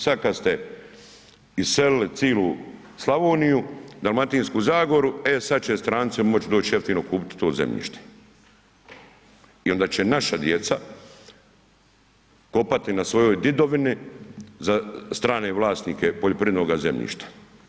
Sad kad ste iselili cijelu Slavoniju, Dalmatinsku zagoru, e sad će stranci moć doć jeftino kupiti to zemljište i onda će naša djeca kopati na svojoj djedovini za strane vlasnike poljoprivrednoga zemljišta.